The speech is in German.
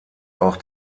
auch